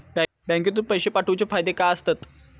बँकेतून पैशे पाठवूचे फायदे काय असतत?